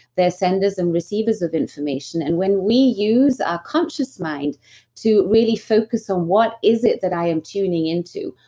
there are senders and receivers of information and when we use our conscious mind to really focus on what is it that i am tuning into,